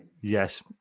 yes